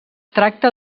tracta